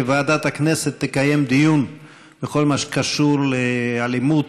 שוועדת הכנסת תקיים דיון בכל מה שקשור לאלימות,